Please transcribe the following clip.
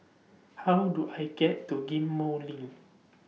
How Do I get to Ghim Moh LINK